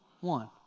One